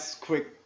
quick